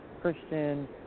Christian